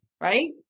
Right